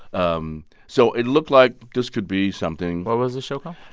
um so it looked like this could be something what was the show called?